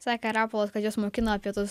sakė rapolas kad juos mokina apie tuos